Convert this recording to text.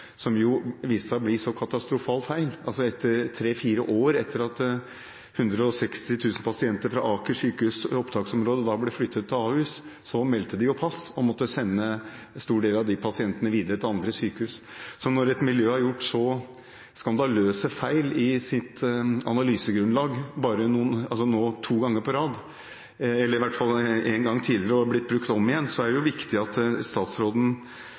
som jo viste seg å bli så katastrofalt feil: Tre–fire år etter at 160 000 pasienter fra opptaksområdet til Aker sykehus ble flyttet til Ahus, meldte de pass og måtte sende en stor del av de pasientene videre til andre sykehus. Så når et miljø har gjort så skandaløse feil i sitt analysegrunnlag to ganger på rad – eller i hvert fall én gang tidligere og nå har blitt brukt om igjen – er det etter min mening viktig at statsråden